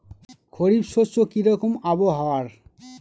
খরিফ শস্যে কি রকম আবহাওয়ার?